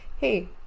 hey